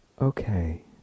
Okay